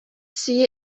see